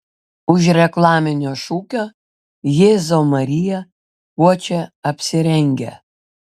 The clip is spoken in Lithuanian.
už reklaminio šūkio jėzau marija kuo čia apsirengę